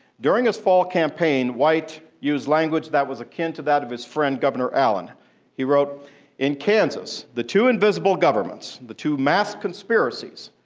during his fall campaign, white used language that was akin to that of his friend, governor ah and he wrote in kansas, the two invisible governments, the two masked conspiracies,